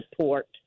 support